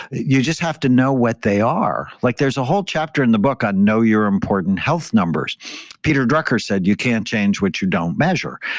you just have to know what they are like there's a whole chapter in the book on know your important health numbers peter drucker said, you can't change what you don't measure.